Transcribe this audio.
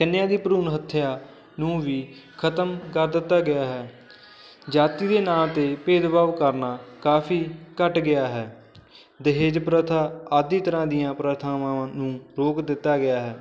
ਕੰਨਿਆਂ ਦੀ ਭਰੂਣ ਹੱਤਿਆ ਨੂੰ ਵੀ ਖਤਮ ਕਰ ਦਿੱਤਾ ਗਿਆ ਹੈ ਜਾਤੀ ਦੇ ਨਾਂ 'ਤੇ ਭੇਦਭਾਵ ਕਰਨਾ ਕਾਫੀ ਘੱਟ ਗਿਆ ਹੈ ਦਹੇਜ ਪ੍ਰਥਾ ਆਦਿ ਤਰ੍ਹਾਂ ਦੀਆਂ ਪ੍ਰਥਾਵਾਂ ਨੂੰ ਰੋਕ ਦਿੱਤਾ ਗਿਆ ਹੈ